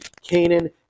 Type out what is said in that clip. Canaan